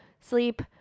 sleep